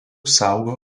saugo